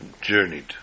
journeyed